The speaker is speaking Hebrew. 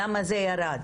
למה זה ירד?